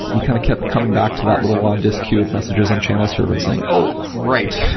we kind of kept coming back to that little on disk queue of messages on channel server and saying, oh! right.